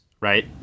right